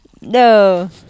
No